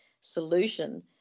solution